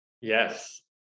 Yes